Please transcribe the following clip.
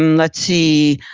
and let's see,